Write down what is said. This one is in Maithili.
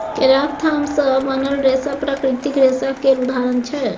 केराक थाम सँ बनल रेशा प्राकृतिक रेशा केर उदाहरण छै